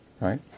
right